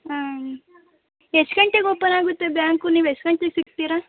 ಹಾಂ ಎಷ್ಟು ಗಂಟೆಗೆ ಓಪನಾಗುತ್ತೆ ಬ್ಯಾಂಕು ನೀವು ಎಷ್ಟು ಗಂಟೆಗೆ ಸಿಗ್ತೀರಾ